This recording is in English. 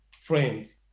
friends